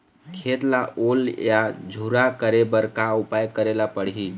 खेत ला ओल या झुरा करे बर का उपाय करेला पड़ही?